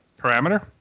parameter